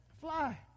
fly